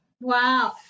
wow